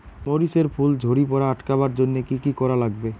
মরিচ এর ফুল ঝড়ি পড়া আটকাবার জইন্যে কি কি করা লাগবে?